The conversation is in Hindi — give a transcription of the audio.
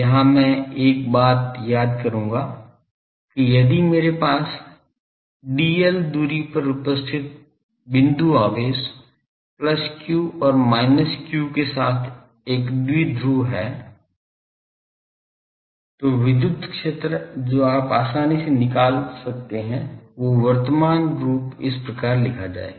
यहां मैं एक बात याद करूंगा कि यदि मेरे पास dl दूरी पर उपस्थित बिंदु आवेश प्लस q और minus q के साथ एक द्विध्रुव है तो विद्युत क्षेत्र जो आप आसानी से निकाल सकते कर सकते हैं वो वर्तमान रूप इस प्रकार लिखा जाएगा